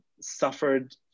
suffered